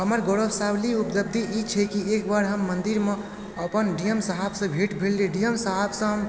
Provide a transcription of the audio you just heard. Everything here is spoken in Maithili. हमर गौरवशाली उपलब्धि ई छै की एकबेर हम मन्दिरमे अपन डी एम साहबसँ भेंट भेल डी एम साहबसँ हम